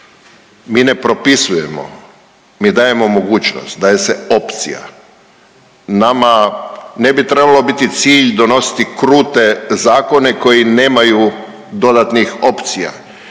mi ne propisujemo, mi dajemo mogućnost, daje se opcija. Nama ne bi trebalo biti cilj donositi krute zakone koji nemaju dodatnih opcija.